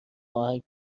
آهنگ